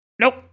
Nope